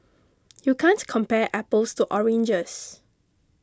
you can't compare apples to oranges